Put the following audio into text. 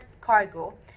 cargo